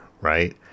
right